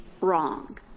wrong